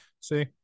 see